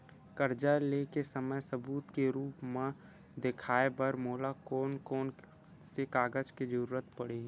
कर्जा ले के समय सबूत के रूप मा देखाय बर मोला कोन कोन से कागज के जरुरत पड़ही?